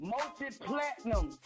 Multi-platinum